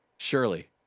Surely